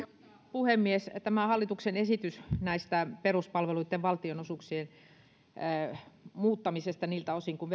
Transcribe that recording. puhemies tämä hallituksen esitys näistä peruspalveluitten valtionosuuksien muuttamisesta niiltä osin kuin